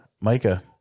Micah